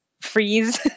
freeze